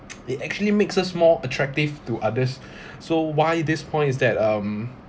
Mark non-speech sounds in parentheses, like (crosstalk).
(noise) it actually makes us more attractive to others (breath) so why this point is that um